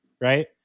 right